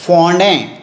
फोंडे